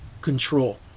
control